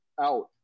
out